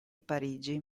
parigi